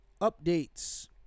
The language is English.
updates